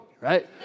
right